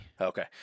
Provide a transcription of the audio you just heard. Okay